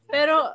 Pero